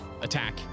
attack